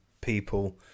people